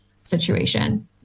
situation